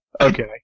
okay